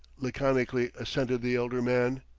laconically assented the elder man.